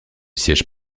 siège